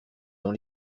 dans